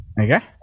okay